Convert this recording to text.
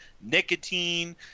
nicotine